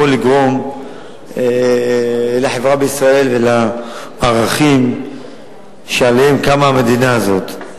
לגרום לחברה בישראל ולערכים שעליהם קמה המדינה הזאת.